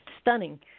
stunning